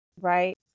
right